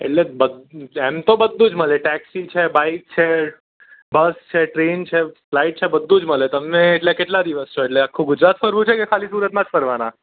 એટલે એમ તો બધું જ મળે ટેક્સી છે બાઇક છે બસ છે ટ્રેન છે ફ્લાઇટ છે બધું જ મળે તમે એટલે કેટલા દિવસ છો એટલે આખું ગુજરાત ફરવું છે કે ખાલી સુરતમાં જ ફરવાના